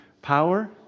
power